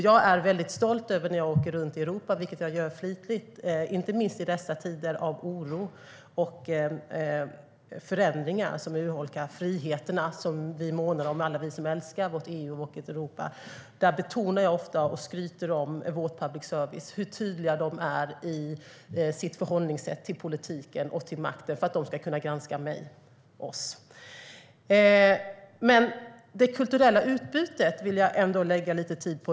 Jag är väldigt stolt när jag åker runt i Europa - vilket jag gör flitigt, inte minst i dessa tider av oro och förändringar som urholkar de friheter som alla vi som älskar vårt EU och Europa månar om. Där betonar jag ofta och skryter om vår public service och hur tydlig man är i sitt förhållningssätt till politiken och makten för att man ska kunna granska mig och oss. Jag vill lägga lite tid på det kulturella utbytet.